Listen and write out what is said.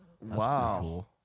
Wow